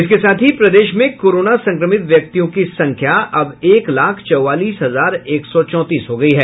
इसके साथ प्रदेश में कोरोना संक्रमित व्यक्तियों की संख्या अब एक लाख चौवालीस हजार एक सौ चौंतीस हो गई है